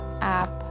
app